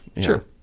Sure